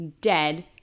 dead